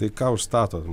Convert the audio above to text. tai ką užstatot